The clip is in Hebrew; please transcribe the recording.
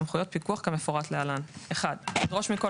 סמכויות פיקוח כמפורט להלן: (1)לדרוש מכל